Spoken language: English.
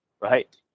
Right